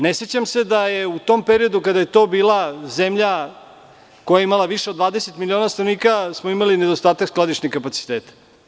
Ne sećam se da smo u periodu kada je to bila zemlja koja je imala više od 20 miliona stanovnika imali nedostatak skladišnih kapaciteta.